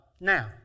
Now